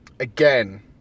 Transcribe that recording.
Again